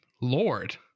lord